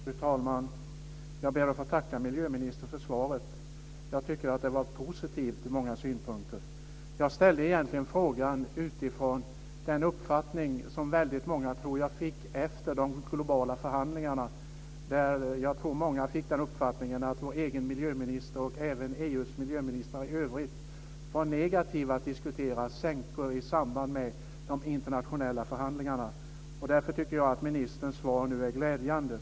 Fru talman! Jag ber att få tacka miljöministern för svaret. Jag tycker att det var positivt ur många synpunkter. Jag ställde egentligen frågan utifrån den uppfattning som jag tror att väldigt många fick efter de globala förhandlingarna, att vår egen miljöminister och även EU:s miljöministrar i övrigt var negativa till att diskutera sänkor i samband med de internationella förhandlingarna. Därför tycker jag att ministerns svar nu är glädjande.